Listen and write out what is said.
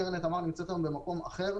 קרן התמר נמצאת היום במקום אחר,